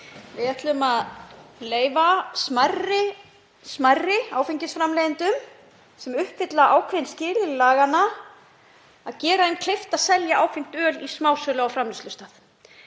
Við ætlum að gera smærri áfengisframleiðendum sem uppfylla ákveðin skilyrði laganna kleift að selja áfengt öl í smásölu á framleiðslustað.